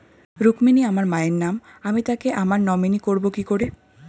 রুক্মিনী আমার মায়ের নাম আমি তাকে আমার নমিনি করবো কি করে?